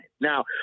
Now